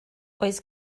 oes